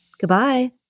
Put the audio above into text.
Goodbye